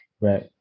right